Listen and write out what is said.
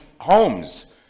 homes